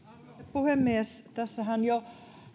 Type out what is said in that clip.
puhemies tässähän jo